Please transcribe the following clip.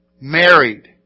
married